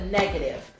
negative